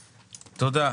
תודה.